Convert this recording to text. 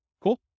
Cool